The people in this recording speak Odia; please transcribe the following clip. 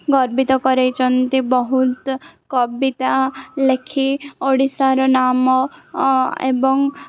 ଗର୍ବିତ କରେଇଛନ୍ତି ବହୁତ କବିତା ଲେଖି ଓଡ଼ିଶାର ନାମ ଏବଂ